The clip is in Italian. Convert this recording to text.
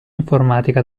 informatica